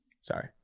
Sorry